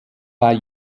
bei